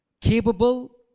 capable